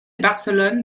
barcelone